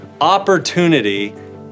opportunity